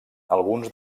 alguns